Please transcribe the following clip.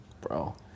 Bro